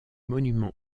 monument